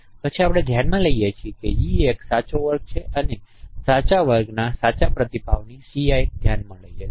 પછી આપણે ધ્યાનમાં લઈએ છીએ કે e એ એક સાચો વર્ગ છે તેથી આપણે સાચા વર્ગના સાચા પ્રતિભાવની Ci ધ્યાનમાં લઈએ છીએ